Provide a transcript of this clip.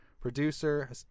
producer